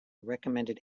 recommended